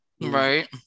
Right